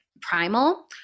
primal